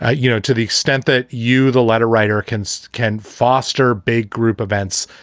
ah you know, to the extent that you, the letter writer cans can foster big group events,